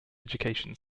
education